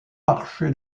marché